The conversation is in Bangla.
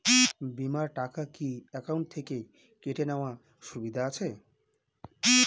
বিমার টাকা কি অ্যাকাউন্ট থেকে কেটে নেওয়ার সুবিধা আছে?